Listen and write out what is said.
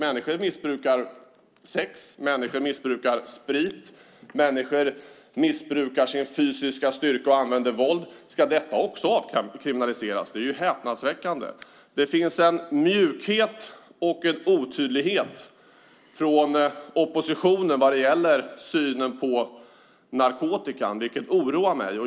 Människor missbrukar sex, människor missbrukar sprit, människor missbrukar sin fysiska styrka och använder våld. Ska detta också avkriminaliseras? Det är häpnadsväckande! Det finns en mjukhet och en otydlighet från oppositionen i synen på narkotika, vilket oroar mig.